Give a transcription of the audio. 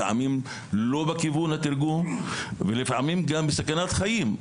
לפעמים התרגום לא בכיוון ולפעמים גם סכנת חיים,